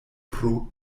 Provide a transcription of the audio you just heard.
pro